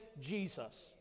Jesus